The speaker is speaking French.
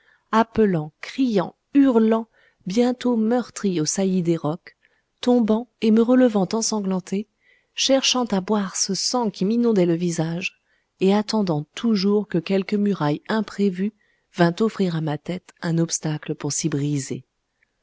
appelant criant hurlant bientôt meurtri aux saillies des rocs tombant et me relevant ensanglanté cherchant à boire ce sang qui m'inondait le visage et attendant toujours que quelque muraille imprévue vint offrir à ma tête un obstacle pour s'y briser